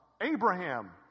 Abraham